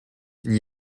n’y